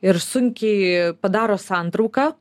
ir sunkiai padaro santrauką